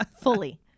Fully